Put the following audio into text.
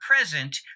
present